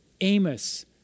Amos